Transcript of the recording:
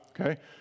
okay